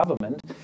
government